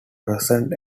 present